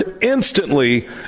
instantly